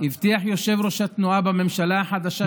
הבטיח יושב-ראש התנועה שבממשלה החדשה שנקים,